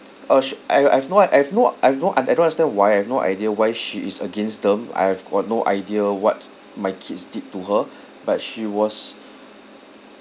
uh sh~ I I've no I've no I've no un~ I don't understand why I have no idea why she is against them I have got no idea what my kids did to her but she was